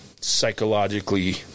psychologically